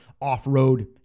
off-road